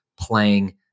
playing